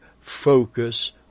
focus